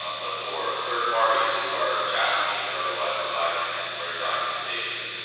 um but for third parties who are challenging or otherwise providing ancillary documentation,